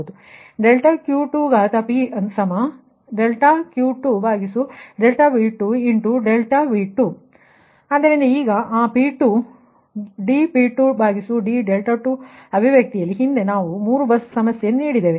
∆Q2∆Q2∆V2∆V2 ಆದ್ದರಿಂದ ಈಗ ಆ P2 dP2d2 ಅಭಿವ್ಯಕ್ತಿಯಲ್ಲಿ ಹಿಂದೆ ನಾವು 3 ಬಸ್ ಸಮಸ್ಯೆಗೆ ನೀಡಿದ್ದೇವೆ